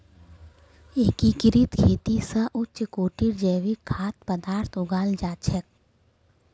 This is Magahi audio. एकीकृत खेती स उच्च कोटिर जैविक खाद्य पद्दार्थ उगाल जा छेक